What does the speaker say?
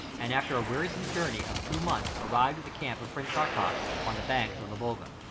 and after a wearisome journey of two months arrived at the camp of prince sartach on the banks of the volga.